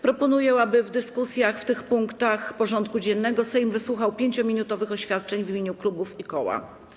Proponuję, aby w dyskusjach nad tymi punktami porządku dziennego Sejm wysłuchał 5-minutowych oświadczeń w imieniu klubów i koła.